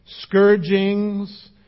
scourgings